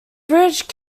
bridge